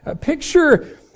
Picture